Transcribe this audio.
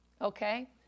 okay